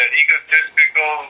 egotistical